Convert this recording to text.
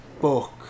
book